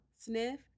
sniff